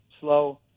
slow